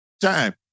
time